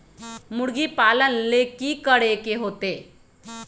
मुर्गी पालन ले कि करे के होतै?